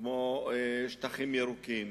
כמו שטחים ירוקים,